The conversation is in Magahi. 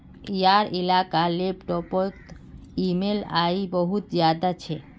यार इलाबा लैपटॉप पोत ई ऍम आई बहुत ज्यादा छे